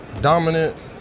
dominant